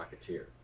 Rocketeer